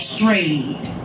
Strayed